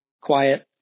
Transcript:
quiet